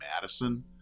Madison